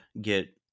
get